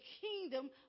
kingdom